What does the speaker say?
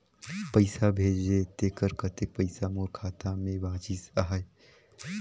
पइसा भेजे तेकर कतेक पइसा मोर खाता मे बाचिस आहाय?